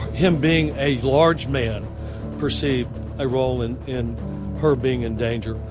him being a large man perceived a role in in her being in danger.